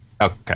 Okay